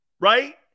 Right